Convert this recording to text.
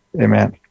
Amen